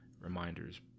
reminders